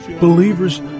believers